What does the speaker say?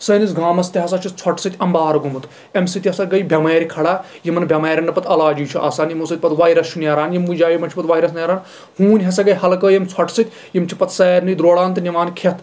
سٲنِس گامَس تہِ ہسا چھُ ژَوٚٹہٕ سۭتۍ اَمبارٕ گوٚومُت اَمہِ سۭتۍ ہسا گٔیے بیٚمارِ کھڑا یِمن بیٚمارٮ۪ن نہٕ پَتہٕ علاجی چھُ آسان یِمو سۭتۍ پَتہٕ وایرس چھُ نیران یِمؤے جایو پٮ۪ٹھ چھُ پَتہٕ وایرَس نیران ہوٗنۍ ہسا گٔیے ہلہٕ کٲر ییٚمہِ ژوٚٹہٕ سۭتۍ یِم چھِ پَتہٕ سارنٕے دوران تہٕ نِوان کھٮ۪تھ